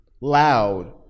Loud